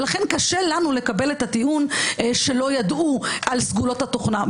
ולכן קשה לנו לקבל את הטיעון שלא ידעו על סגולות התוכנה.